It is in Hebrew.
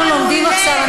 אנחנו לומדים עכשיו.